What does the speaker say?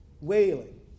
Wailing